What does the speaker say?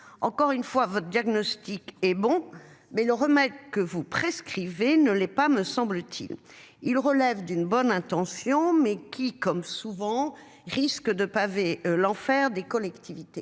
encore une fois votre diagnostic est bon mais le remède que vous prescrivez ne l'est pas, me semble-t-il. Il relève d'une bonne intention mais qui comme souvent risque de paver l'enfer des collectivités.